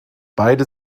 beide